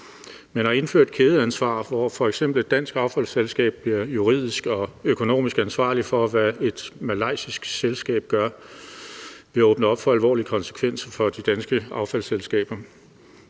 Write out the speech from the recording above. Men at indføre kædeansvar, hvor f.eks. et dansk affaldsselskab bliver juridisk og økonomisk ansvarligt for, hvad et malaysisk selskab gør, vil åbne op for alvorlige konsekvenser for de danske affaldsselskaber.